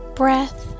breath